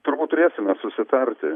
turbūt turėsime susitarti